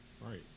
Right